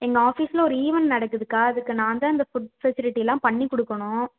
எங்கள் ஆஃப்பிஸில் ஒரு ஈவென்ட் நடக்குதுகா அதுக்கு நான் தான் இந்த ஃபுட் ஃபெசிலிட்டிலாம் பண்ணி கொடுக்குணும்